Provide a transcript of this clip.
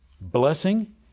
blessing